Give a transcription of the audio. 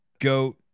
goat